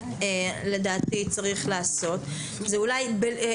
מה שלדעתי צריך לעשות בפסקה (ג), זה לומר: